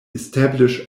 establish